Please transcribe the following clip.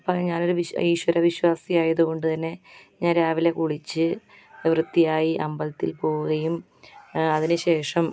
അപ്പം ഞാനൊരു ഈശ്വര വിശ്വാസി ആയത് കൊണ്ട് തന്നെ ഞാൻ രാവിലെ കുളിച്ച് വൃത്തിയായി അമ്പലത്തിൽ പോവുകയും അതിന് ശേഷം